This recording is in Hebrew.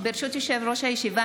ברשות יושב-ראש הישיבה,